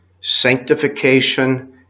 sanctification